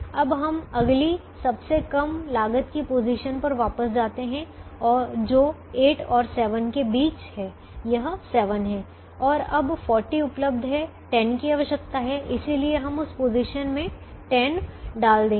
अब हम अगली सबसे कम लागत की पोजीशन पर वापस जाते हैं जो 8 और 7 के बीच है यह 7 है और अब 40 उपलब्ध है 10 की आवश्यकता है इसलिए हम उस पोजीशन में 10 डाल देंगे